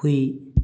ꯍꯨꯏ